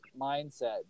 mindset